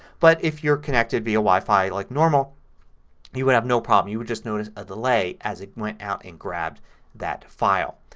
but if you're connected via wifi like normal you would have no problem. you would just notice a delay as it went out and grabbed that file.